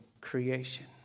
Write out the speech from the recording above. creation